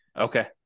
Okay